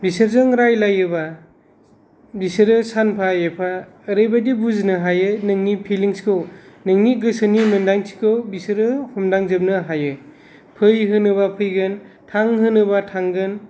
बिसोरजों रायज्लायोबा बिसोरो सानफा एफा ओरैबायदि बुजिनो हायो नोंनि फिलिंस खौ नोंनि गोसोनि मोन्दांथिखौ बिसोरो हमदांजोबनो हायो फै होनोबा फैगोन थां होनोबा थांगोन